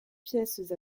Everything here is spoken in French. pièces